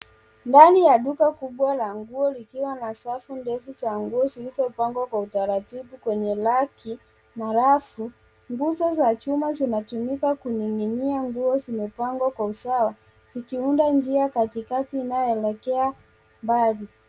Ndani ya duka kubwa la nguo likiwa na safu ndefu za nguo zilizopangwa kwa utaratibu kwenye raki na rafu. Nguzo za chuma zinatumika kuning'inia nguo zimepangwa kwa usawa zikiunda njia katikati inayoelekea mbali.